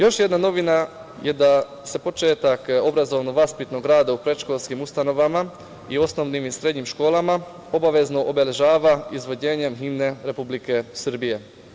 Još jedna novina je da se početak obrazovno-vaspitnog rada u predškolskim ustanovama i osnovnim i srednjim školama obavezno obeležava izvođenjem himne Republike Srbije.